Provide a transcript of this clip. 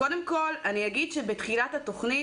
בתחילת התכנית,